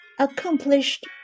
Accomplished